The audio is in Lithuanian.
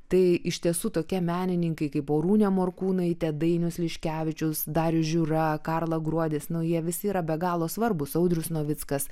tai iš tiesų tokie menininkai kaip arūnė morkūnaitė dainius liškevičius darius žiūra karla gruodis nu jie visi yra be galo svarbūs audrius novickas